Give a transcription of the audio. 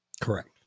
Correct